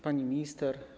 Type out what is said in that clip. Pani Minister!